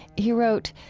he wrote,